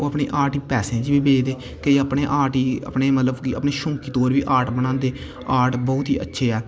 ओह् अपने आर्ट गी पैसें च बेचदे केईं अपनमे आर्ट गी अपने पैसकें ते शौक आस्तै बेचदे बनांदे ते आर्ट बहोत ई अच्छे ऐ